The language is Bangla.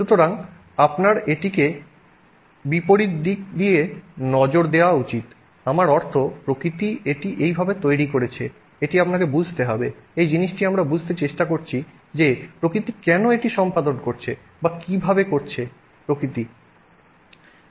সুতরাং আপনার এটিকে বিপরীত দিক দিকে নজর দেওয়া উচিত আমার অর্থ প্রকৃতি এটি এইভাবে তৈরি করেছে এটি আপনাকে বুঝতে হবে এই জিনিসটি আমরা বুঝতে চেষ্টা করছি যে প্রকৃতি কেন এটি সম্পাদন করছে বা কীভাবে করছে প্রকৃতি এটি সম্পাদন করছে